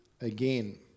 again